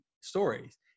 stories